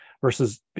versus